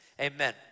amen